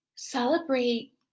celebrate